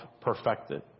perfected